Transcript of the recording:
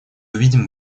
видим